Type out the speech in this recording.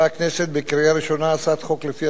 בקריאה ראשונה הצעת חוק שלפיה תוצמד